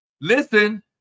listen